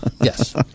yes